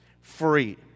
free